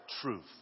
truth